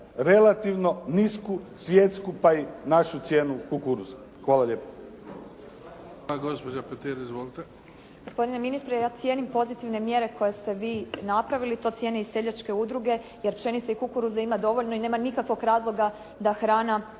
relativno nisku svjetsku pa i našu cijenu kukuruza. Hvala lijepo. **Bebić,